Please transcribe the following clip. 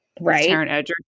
Right